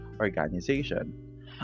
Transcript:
organization